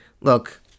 Look